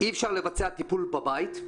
אי-אפשר לבצע טיפול בבית,